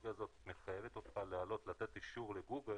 שהטכנולוגיה הזאת מחייבת אותך לתת אישור לגוגל